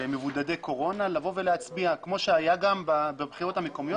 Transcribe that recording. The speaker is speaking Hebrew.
למבודדי קורונה לבוא ולהצביע בבחירות המקומיות,